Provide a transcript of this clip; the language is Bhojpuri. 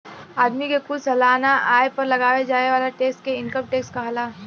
आदमी के कुल सालाना आय पर लगावे जाए वाला टैक्स के इनकम टैक्स कहाला